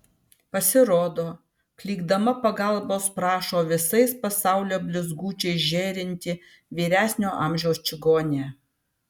pasirodo klykdama pagalbos prašo visais pasaulio blizgučiais žėrinti vyresnio amžiaus čigonė